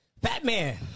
Batman